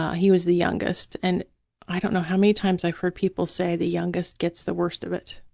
he was the youngest. and i don't know how many times i've heard people say the youngest gets the worst of it,